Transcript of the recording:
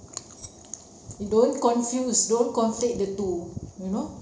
don't confuse don't conflict the two you know